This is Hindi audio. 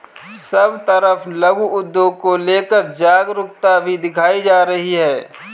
सब तरफ लघु उद्योग को लेकर जागरूकता भी दिखाई जा रही है